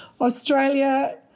Australia